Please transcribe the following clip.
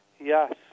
Yes